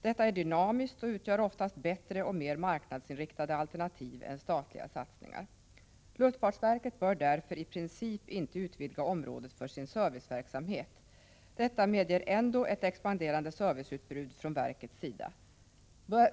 Detta är dynamiskt och utgör oftast bättre och mer marknadsinriktade alternativ än statliga satsningar. Luftfartsverket bör därför i princip inte utvidga områden för sin serviceverksamhet. Detta medger ändå ett expanderande serviceutbud från verkets sida.